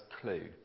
clue